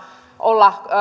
olla